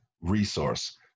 resource